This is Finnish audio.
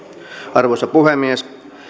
arvoisa puhemies